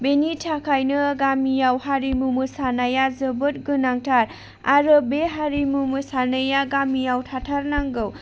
बेनिथाखायनो गामियाव हारिमु मोसानाया जोबोद गोनांथार आरो बे हारिमु मोसानाया गामियाव थाथारनांगौ